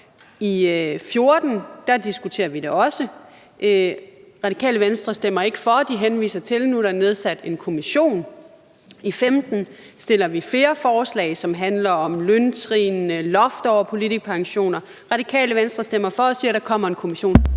I 2014 diskuterer vi det også. Radikale Venstre stemmer ikke for. De henviser til, at der nu er nedsat en kommission. I 2015 fremsætter vi flere forslag, som handler om løntrin, loft over politikerpensioner. Radikale Venstre stemmer ikke for og siger, at der kommer en kommission.